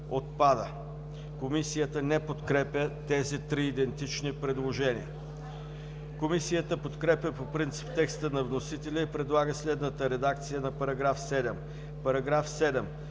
Комисията не подкрепя тези три идентични предложения. Комисията подкрепя по принцип текста на вносителя и предлага следната редакция на § 7: „§ 7.